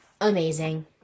Amazing